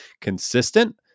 consistent